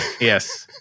Yes